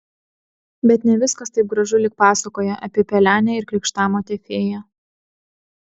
bet ne viskas taip gražu lyg pasakoje apie pelenę ir krikštamotę fėją